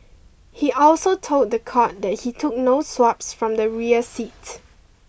he also told the court that he took no swabs from the rear seat